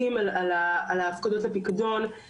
יש להם מעבר לזכותונים שבהם זה כתוב,